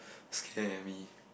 scare me